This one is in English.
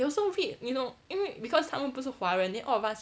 they also read you know 因为 because 他们不是华人 then all of us